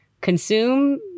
consume